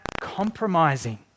compromising